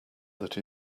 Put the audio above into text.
that